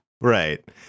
right